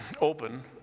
open